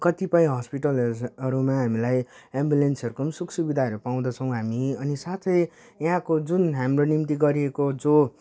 कतिपय हस्पिटलहरू हरूमा हामीलाई एम्बुलेन्सहरूको पनि सुखसुविधाहरू पाउँदछौँ हामी अनि साथै यहाँको जुन हाम्रो निम्ति गरिएको जो